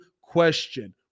question